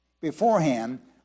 beforehand